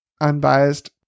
unbiased